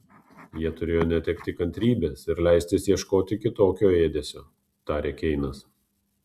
jie turėjo netekti kantrybės ir leistis ieškoti kitokio ėdesio tarė keinas